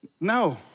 No